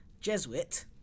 Jesuit